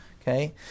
Okay